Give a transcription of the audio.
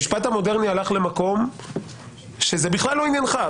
המשפט המודרני הלך למקום שזה בכלל לא עניינך.